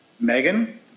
Megan